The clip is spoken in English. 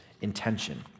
intention